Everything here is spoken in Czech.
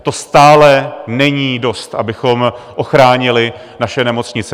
To stále není dost, abychom ochránili naše nemocnice.